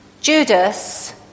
Judas